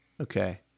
Okay